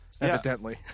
Evidently